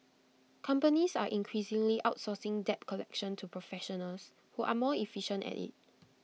companies are increasingly outsourcing debt collection to professionals who are more efficient at IT